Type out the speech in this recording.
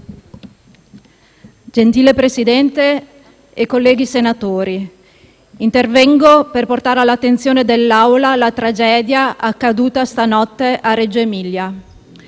Signor Presidente, colleghi senatori, intervengo per portare all'attenzione dell'Assemblea la tragedia accaduta stanotte a Reggio-Emilia.